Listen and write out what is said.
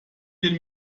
den